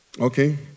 Okay